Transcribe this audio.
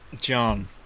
John